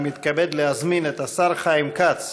אני מתכבד להזמין את השר חיים כץ